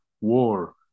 war